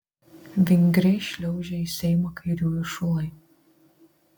vingriai šliaužia į seimą kairiųjų šulai